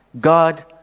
God